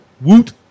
Woot